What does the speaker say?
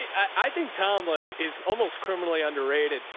i think tomlin is almost criminally underrated.